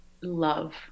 love